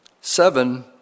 seven